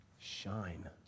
shine